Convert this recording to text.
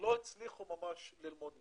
לא הצליחו ממש ללמוד מרחוק.